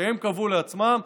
שהן קבעו לעצמן,